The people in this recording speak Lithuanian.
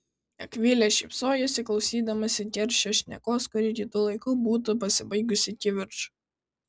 akvilė šypsojosi klausydamasi keršio šnekos kuri kitu laiku būtų pasibaigusi kivirču